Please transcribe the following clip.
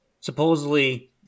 supposedly